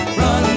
run